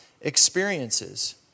experiences